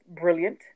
brilliant